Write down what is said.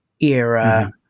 era